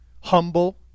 humble